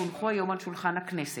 כי הונחו היום על שולחן הכנסת,